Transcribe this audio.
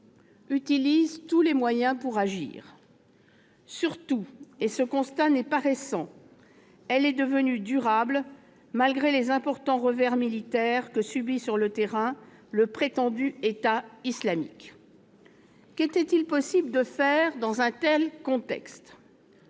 utilisent tous les moyens pour agir. Surtout, et ce constat n'est pas récent, elle est devenue durable, malgré les importants revers militaires que subit sur le terrain le prétendu État islamique. Qu'était-il possible de faire dans un tel contexte ?